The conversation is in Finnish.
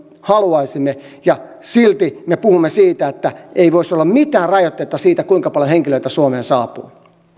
haluaisimme ja silti me puhumme siitä että ei voisi olla mitään rajoitteita siinä kuinka paljon henkilöitä suomeen saapuu